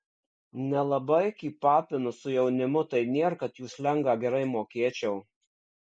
nelabai kypapinu su jaunimu tai nėr kad jų slengą gerai mokėčiau